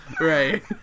Right